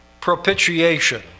propitiation